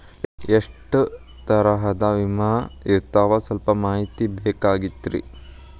ಎಷ್ಟ ತರಹದ ವಿಮಾ ಇರ್ತಾವ ಸಲ್ಪ ಮಾಹಿತಿ ಬೇಕಾಗಿತ್ರಿ